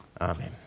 Amen